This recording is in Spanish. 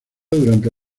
durante